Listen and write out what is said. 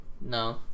No